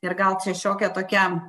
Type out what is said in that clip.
ir gal čia šiokia tokia